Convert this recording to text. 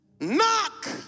Knock